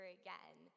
again